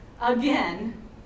again